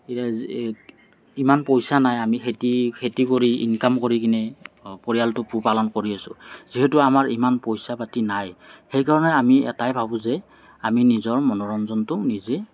ইমান পইচা নাই আমি খেতি খেতি কৰি ইনকম কৰি কিনে পৰিয়ালটো পোহ পালন কৰি আছোঁ যিহেতু আমাৰ ইমান পইচা পাতি নাই সেইকাৰণে আমি এটাই ভাবোঁ যে আমি নিজৰ মনোৰঞ্জনটো নিজে